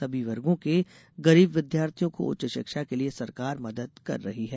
सभी वर्गो के गरीब विद्यार्थियों को उच्च शिक्षा के लिए सरकार मदद कर रही है